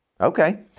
okay